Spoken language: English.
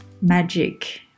magic